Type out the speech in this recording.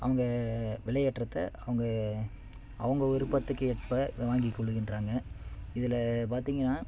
அவங்க விலையேற்றத்தை அவங்க அவங்க விருப்பத்துக்கு ஏற்ப இதை வாங்கி கொள்கின்றாங்க இதில் பார்த்திங்கன்னா